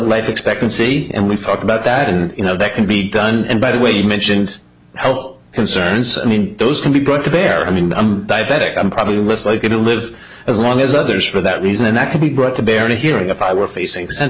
life expectancy and we thought about that and you know that can be done and by the way you mentioned health concerns i mean those can be brought to bear i mean i'm diabetic i'm probably less likely to live as long as others for that reason and that could be brought to bear here if i were facing